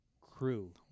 Crew